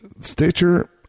Stitcher